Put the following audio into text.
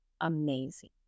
amazing